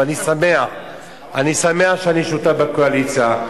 ואני שמח שאני שותף בקואליציה.